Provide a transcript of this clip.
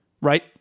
right